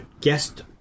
guest